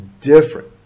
different